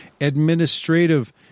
administrative